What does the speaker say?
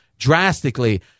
drastically